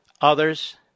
Others